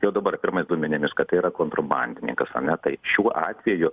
jau dabar pirmais duomenimis kad tai yra kontrabandininkas ane tai šiuo atveju